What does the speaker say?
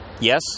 Yes